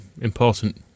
important